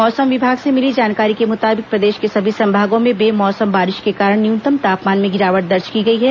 मौसम विभाग से मिली जानकारी के मुताबिक प्रदेश के सभी संभागों में बे मौसम बारिश के कारण न्यूनतम तापमान में गिरावट दर्ज की गई है